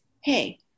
hey